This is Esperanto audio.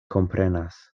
komprenas